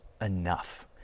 enough